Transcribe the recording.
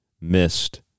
missed